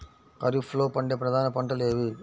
ఖరీఫ్లో పండే ప్రధాన పంటలు ఏవి?